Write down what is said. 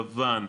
יוון,